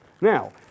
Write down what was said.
Now